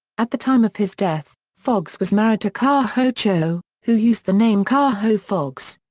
at the time of his death, foxx was married to ka ho cho, who used the name ka ho foxx.